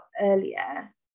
earlier